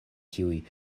tiuj